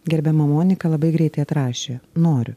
gerbiama monika labai greitai atrašė noriu